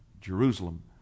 Jerusalem